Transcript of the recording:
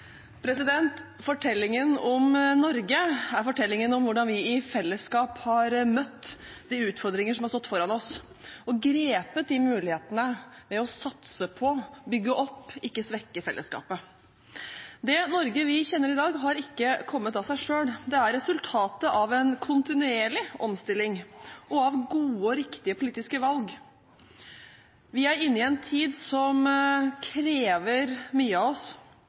fortellingen om hvordan vi i fellesskap har møtt de utfordringer som har stått foran oss, og grepet de mulighetene ved å satse på og bygge opp – ikke svekke – fellesskapet. Det Norge vi kjenner i dag, har ikke kommet av seg selv. Det er resultatet av en kontinuerlig omstilling og av gode og riktige politiske valg. Vi er inne i en tid som krever mye av oss.